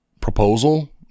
proposal